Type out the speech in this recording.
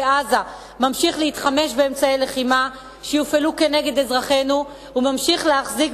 בעזה ממשיך להתחמש באמצעי לחימה שיופעלו כנגד אזרחינו וממשיך להחזיק